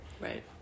right